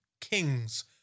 kings